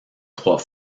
trois